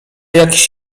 jakiś